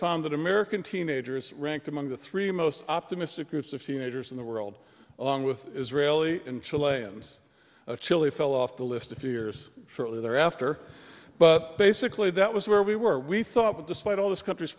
found that american teenagers ranked among the three most optimistic groups of teenagers in the world along with israelis until a ends of chile fell off the list a few years shortly thereafter but basically that was where we were we thought despite all this country's